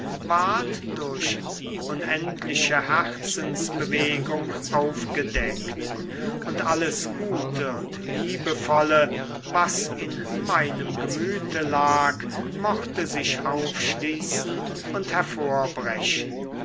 durch die unendliche herzensbewegung aufgedeckt und alles gute und liebevolle was in meinem gemüte lag mochte sich aufschließen und hervorbrechen